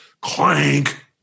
clank